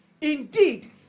indeed